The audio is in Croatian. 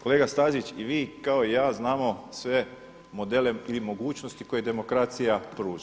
Kolega Stazić i vi, kao i ja, znamo sve modele ili mogućnosti koje demokracija pruža.